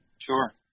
Sure